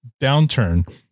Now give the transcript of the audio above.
downturn